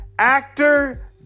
Actor